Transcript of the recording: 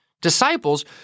Disciples